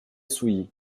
souilly